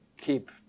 keep